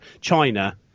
china